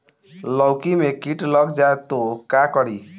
लौकी मे किट लग जाए तो का करी?